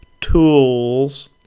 tools